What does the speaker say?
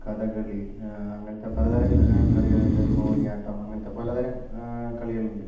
കഥകളി അങ്ങനത്തെ പലതരം കളികളുണ്ട് മോഹിനിയാട്ടം അങ്ങനത്തെ പലതരം കളികളുണ്ട്